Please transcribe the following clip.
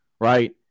right